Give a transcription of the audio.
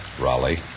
Raleigh